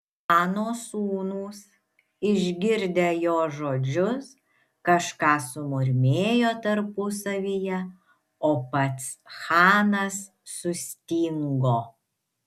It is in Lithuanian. chano sūnūs išgirdę jo žodžius kažką sumurmėjo tarpusavyje o pats chanas sustingo